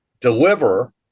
deliver